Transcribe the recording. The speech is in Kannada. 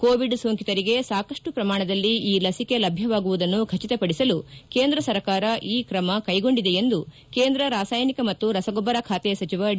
ಕೋವಿಡ್ ಸೋಂಕಿತರಿಗೆ ಸಾಕಷ್ಟು ಪ್ರಮಾಣದಲ್ಲಿ ಈ ಲಸಿಕೆ ಲಭ್ಯವಾಗುವುದನ್ನು ಖಚಿತಪಡಿಸಲು ಕೇಂದ್ರ ಸರ್ಕಾರ ಈ ಕ್ರಮ ಕೈಗೊಂಡಿದೆ ಎಂದು ಕೇಂದ್ರ ರಾಸಾಯನಿಕ ಮತ್ತು ರಸಗೊಬ್ಬರ ಖಾತೆ ಸಚಿವ ಡಿ